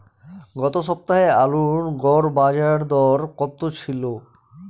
গত সপ্তাহে আলুর গড় বাজারদর কত ছিল?